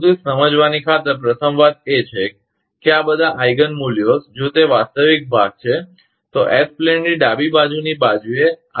પરંતુ તે સમજવાની ખાતર પ્રથમ વાત એ છે કે આ બધા આઈગિન મૂલ્યો જો તે વાસ્તવિક ભાગ છે તો એસ પ્લેનની ડાબી બાજુની બાજુએ હશે